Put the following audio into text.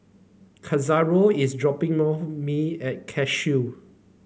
Cordero is dropping more me at Cashew